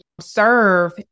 serve